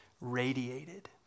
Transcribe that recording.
radiated